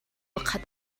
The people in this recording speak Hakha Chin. pakhat